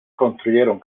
construyeron